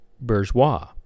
Bourgeois